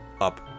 up